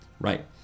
Right